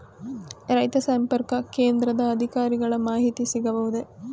ರೈತ ಸಂಪರ್ಕ ಕೇಂದ್ರದ ಅಧಿಕಾರಿಗಳ ಮಾಹಿತಿ ಸಿಗಬಹುದೇ?